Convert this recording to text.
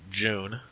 June